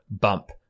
bump